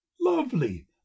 lovely